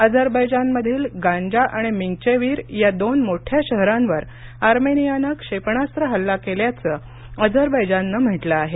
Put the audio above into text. अझरबैजानमधील Ganja आणि Mingachevir या दोन मोठ्या शहरांवर आर्मेनियानं क्षेपणास्त्र हल्ला केल्याचं अझरबैजाननं म्हटलं आहे